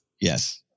Yes